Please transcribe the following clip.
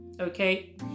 okay